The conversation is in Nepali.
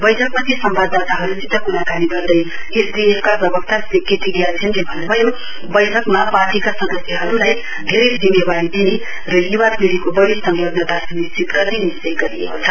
बैठकपछि सम्वाददाताहरूसित कुराकानी गर्दै एसडिएफ का प्रवक्ता श्री के टी ग्याल्छेनले भन्नभयो बैठकमा पार्टीका सदस्यहरूलाई धेरै जिम्मेवारी दिने र युवा पीढिको बढी संलग्नता सुनिश्चित गर्ने निश्चय गरिएको छ